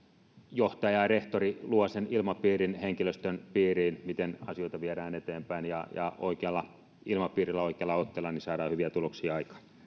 johtaja ja rehtori luovat sen ilmapiirin henkilöstön piiriin miten asioita viedään eteenpäin ja ja oikealla ilmapiirillä ja oikealla otteella saada hyviä tuloksia